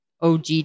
OG